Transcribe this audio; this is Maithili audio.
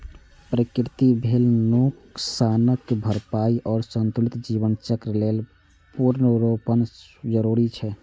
प्रकृतिक भेल नोकसानक भरपाइ आ संतुलित जीवन चक्र लेल पुनर्वनरोपण जरूरी छै